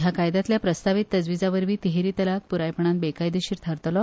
ह्या कायद्यातल्या प्रस्तावीत तजवीजांवरवी तिहेरी तलाक पुरायपणान बेकायदेशीर थारतलो